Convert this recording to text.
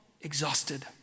exhausted